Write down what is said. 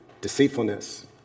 deceitfulness